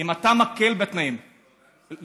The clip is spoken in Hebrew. אם אתה מקל בתנאי הקבלה,